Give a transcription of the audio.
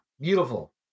Beautiful